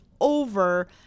over